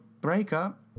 breakup